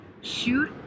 shoot